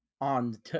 on